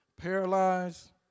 paralyzed